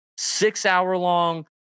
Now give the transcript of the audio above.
six-hour-long